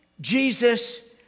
Jesus